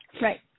Right